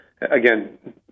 again